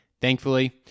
Thankfully